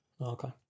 Okay